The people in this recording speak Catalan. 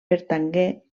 pertangué